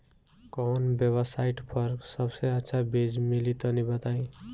कवन वेबसाइट पर सबसे अच्छा बीज मिली तनि बताई?